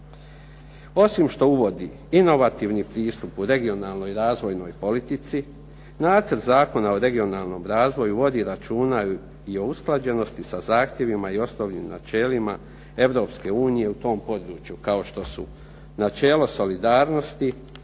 Osim što uvodi inovativni pristup u regionalnoj, razvojnoj politici, Nacrt zakona o regionalnom razvoju vodi računa i o usklađenosti sa zahtjevima i osnovnim načelima Europske unije u tom području kao što su načelo solidarnosti,